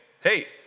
hey